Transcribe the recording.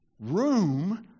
room